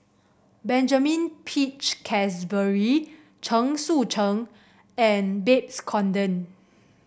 Benjamin Peach Keasberry Chen Sucheng and Babes Conde